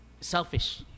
selfish